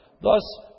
Thus